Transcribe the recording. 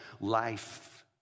life